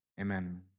Amen